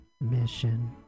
mission